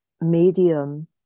medium